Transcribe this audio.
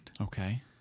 Okay